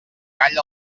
gall